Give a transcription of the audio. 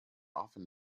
often